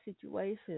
situations